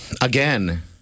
Again